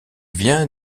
vient